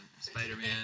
Spider-Man